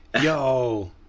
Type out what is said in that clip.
Yo